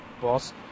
boss